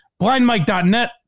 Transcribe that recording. BlindMike.net